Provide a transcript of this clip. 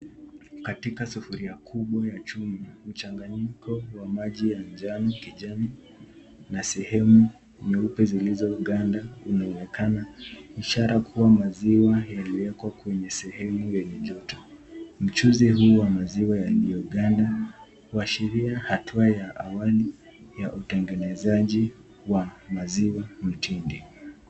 Katika sufuria kubwa ya chuma, mchanganyiko wa maji ya kijani na sehemu nyeupe zilizo ganda inaonekana, ishara kuwa maziwa yaliwekwa kwenye sehemu yenye joto. Mchuzi huu wa maziwa yaliyo ganda huashiria hatua ya awali ya utengenezaji wa maziwa mtindi.